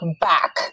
back